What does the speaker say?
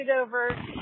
over